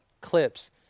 clips